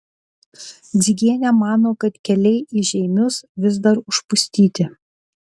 dzigienė mano kad keliai į žeimius vis dar užpustyti